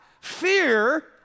fear